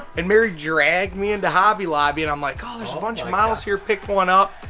and mary dragged me into hobby lobby, and i'm like, oh, there's a bunch of models here. picked one up,